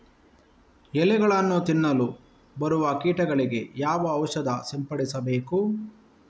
ಎಲೆಗಳನ್ನು ತಿನ್ನಲು ಬರುವ ಕೀಟಗಳಿಗೆ ಯಾವ ಔಷಧ ಸಿಂಪಡಿಸಬೇಕು?